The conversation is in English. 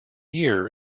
year